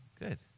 Good